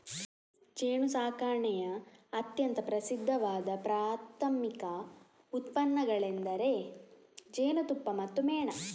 ಜೇನುಸಾಕಣೆಯ ಅತ್ಯಂತ ಪ್ರಸಿದ್ಧವಾದ ಪ್ರಾಥಮಿಕ ಉತ್ಪನ್ನಗಳೆಂದರೆ ಜೇನುತುಪ್ಪ ಮತ್ತು ಮೇಣ